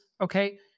okay